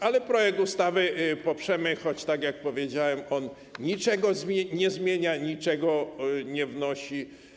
Ale projekt ustawy poprzemy, choć, tak jak powiedziałem, on niczego nie zmienia, niczego nie wnosi.